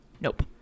Nope